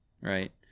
right